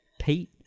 Pete